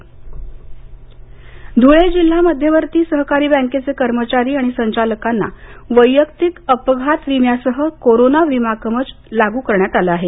विमा कवच ध्रळे जिल्हा मध्यवर्ती सहकारी बँकेचे कर्मचारी संचालकांना वैयक्तिक अपघात विम्यासह कोरोना विमा कवच लागू केलं आहे